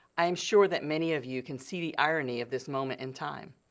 i am sure that many of you can see the irony of this moment in time.